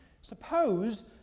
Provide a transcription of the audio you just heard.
suppose